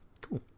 Cool